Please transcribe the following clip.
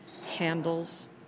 handles